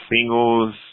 singles